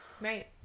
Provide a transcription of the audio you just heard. Right